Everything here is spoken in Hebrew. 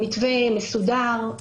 המתווה מסודר.